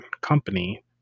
company